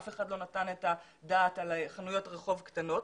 אף אחד לא נתן את הדעת על חנויות רחוב קטנות.